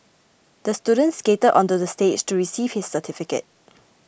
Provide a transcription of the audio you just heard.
the student skated onto the stage to receive his certificate